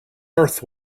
earth